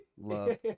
love